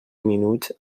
minuts